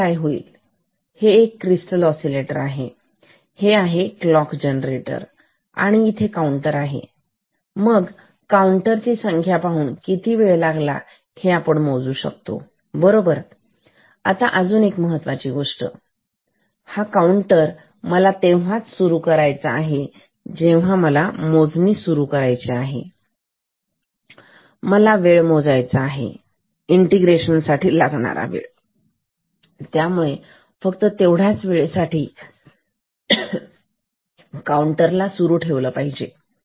तर काय होईल हे एक क्रिस्टल ओसीलेटर आहे आणि हे आहे क्लॉक जनरेटर आणि इथे काउंटर आहे आणि मग काउंटर ची संख्या पाहून किती वेळ लागला हे आपण मोजू शकतो बरोबर आता अजून एक महत्त्वाची गोष्ट हा काउंटर मला तेव्हाच सुरू करायचा आहे जेव्हा मला मोजणी सुरू करायची आहे मला वेळ मोजायचा आहे इंटिग्रेशन साठी लागणारा वेळ त्यामुळे फक्त तेवढाच वेळेसाठी मी येथे काउंटरला सुरू ठेवलं पाहिजे